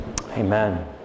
Amen